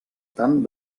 tant